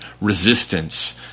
resistance